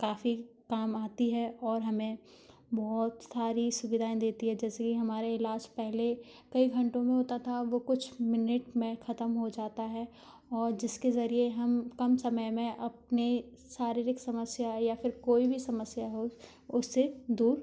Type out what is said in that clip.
काफ़ी काम आती है और हमें बहुत सारी सुविधाएँ देती है जैसे हमारे ईलाज पहले कई घंटों में होता था वो कुछ मिनट में खत्म हो जाता है और जिसके जरिये हम कम समय में अपनी शारीरिक समस्या या कोई भी समस्या हो उसे दूर